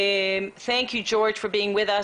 (מתורגם מאנגלית) תודה לכם, ג'ורג' וליאורה,